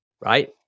right